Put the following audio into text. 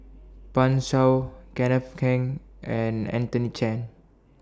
Pan Shou Kenneth Keng and Anthony Chen